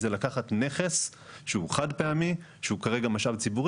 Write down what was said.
היא לקחת נכס שהוא חד פעמי ושכרגע הוא משאב ציבור